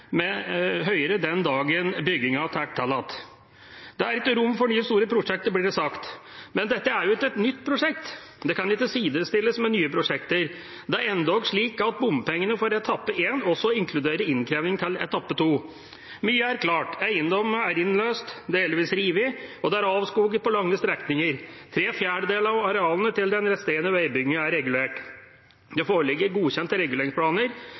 med nye prosjekter. Det er endog slik at bompengene for etappe én også inkluderer innkreving til etappe to. Mye er klart: Eiendom er innløst, delvis revet, og det er avskoget på lange strekninger. Tre fjerdedeler av arealene til den resterende veibyggingen er regulert. Det foreligger godkjente